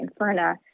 Inferna